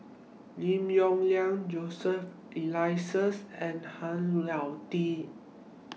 Lim Yong Liang Joseph Eliases and Han Lao Di